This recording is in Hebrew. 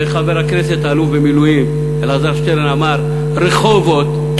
וחבר הכנסת אלוף במילואים אלעזר שטרן אמר: רחובות,